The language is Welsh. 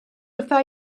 wrtha